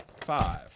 five